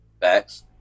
Facts